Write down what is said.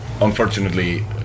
Unfortunately